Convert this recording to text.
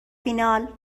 فینال